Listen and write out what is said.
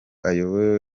ayoboye